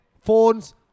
phones